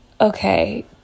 okay